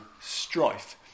strife